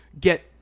get